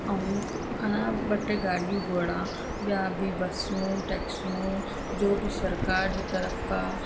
ऐं अञा ॿ टे गाॾियूं घोड़ा ॿिया बि बसूं टेक्सियूं जो की सरकार जी तर्फ़ खां